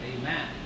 Amen